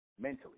mentally